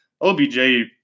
OBJ